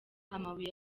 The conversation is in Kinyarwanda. amabuye